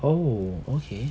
oh okay